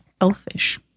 elfish